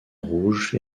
rouge